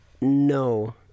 no